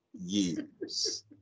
years